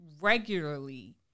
regularly